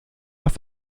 auf